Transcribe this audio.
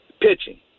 Pitching